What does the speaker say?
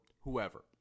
whoever